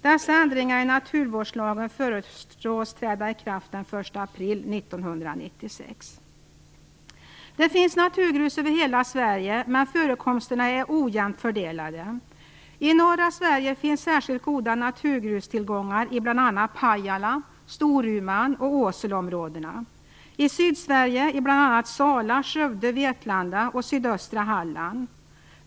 Dessa ändringar i naturvårdslagen föreslås träda i kraft den 1 Det finns naturgrus över hela Sverige, men förekomsterna är ojämnt fördelade. I norra Sverige finns särskilt goda naturgrustillgångar i bl.a. Pajala , Storuman och Åseleområdena, i Sydsverige i bl.a. Sala, Skövde, Vetlanda och sydöstra Halland.